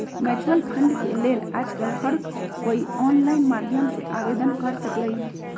mutual fund के लेल आजकल हर कोई ऑनलाईन माध्यम से आवेदन कर सकलई ह